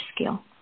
skill